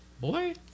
Boy